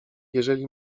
jeżeli